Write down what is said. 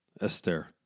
Esther